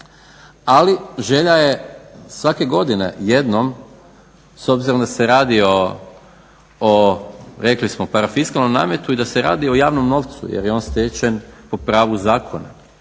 ali želja je svake godine jednom s obzirom da se radi o rekli smo parafiskalnom nametu i da se radi o javnom novcu jer je on stečen po pravu zakona,